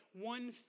one